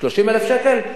30,000 שקל?